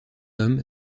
homme